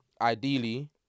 ideally